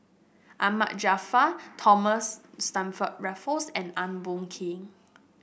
Ahmad Jaafar Thomas Stamford Raffles and Eng Boh Kee